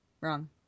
wrong